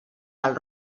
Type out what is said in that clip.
del